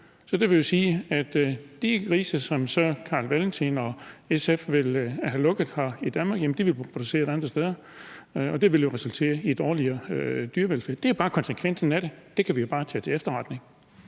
Det vil jo sige, at de grise, som Carl Valentin og SF så vil have lukket for produktionen af i Danmark, vil blive produceret andre steder, og det vil resultere i dårligere dyrevelfærd. Det er bare konsekvensen af det. Det kan vi jo bare tage til efterretning.